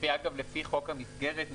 לפי חוק המסגרת,